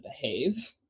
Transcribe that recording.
behave